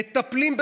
'מטפלים'